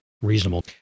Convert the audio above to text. Reasonable